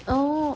oh